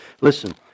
Listen